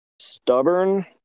stubborn